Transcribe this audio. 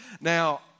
Now